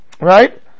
right